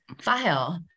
file